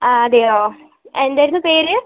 ആ അതെയോ എന്തായിരുന്നു പേര്